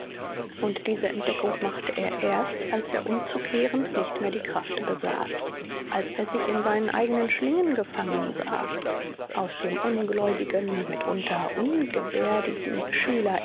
und diese entdeckung machte er erst als er umzukehren nicht mehr die kraft besaß als er sich in seinen eigenen schlingen gefangen sah aus dem ungläubigen mitunter ungeberdigen schüler